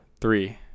three